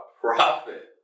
profit